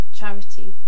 charity